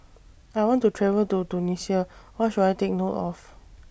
I want to travel to Tunisia What should I Take note of